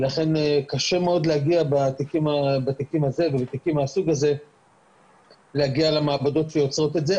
ולכן קשה מאוד להגיע בתיקים מהסוג הזה למעבדות שמייצרות את זה.